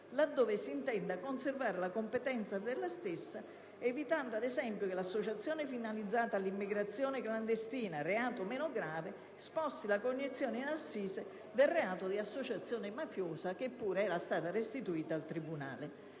laddove si intenda conservare la competenza della stessa evitando - ad esempio - che l'associazione finalizzata all'immigrazione clandestina - reato meno grave - sposti la cognizione in assise del reato di associazione mafiosa che pure era stata restituita al tribunale.